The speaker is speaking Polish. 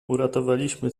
uratowaliśmy